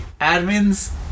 admins